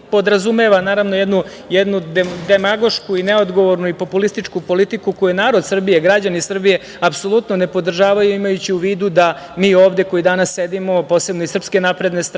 i podrazumeva jednu demagošku i neodgovornu i populističku politiku koju narod Srbije, građani Srbije apsolutno ne podržavaju, imajući u vidu da mi ovde koji danas sedimo, posebno iz SNS,